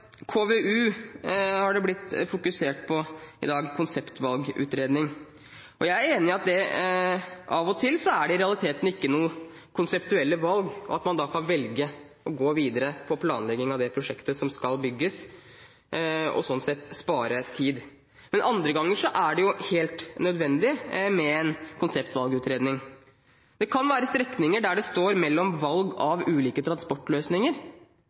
er enig i at det av og til i realiteten ikke er noen konseptuelle valg, og at man kan velge å gå videre på planlegging av det prosjektet som skal bygges, og sånn sett spare tid. Men andre ganger er det helt nødvendig med en konseptvalgutredning. Det kan være strekninger der det står mellom valg av ulike transportløsninger,